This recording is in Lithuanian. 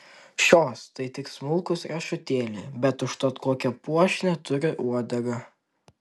šios tai tik smulkūs riešutėliai bet užtat kokią puošnią turi uodegą